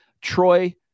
Troy